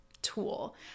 Tool